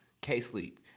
K-Sleep